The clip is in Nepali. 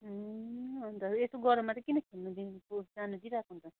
ए अन्त यस्तो गरममा चाहिँ किन खेल्नुदिएको जानु दिइरहेको अन्त